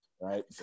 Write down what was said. right